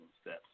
steps